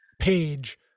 page